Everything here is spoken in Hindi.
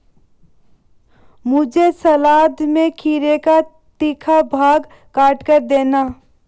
मुझे सलाद में खीरे का तीखा भाग काटकर देना